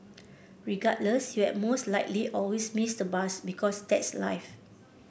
regardless you have most likely always miss the bus because that's life